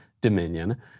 Dominion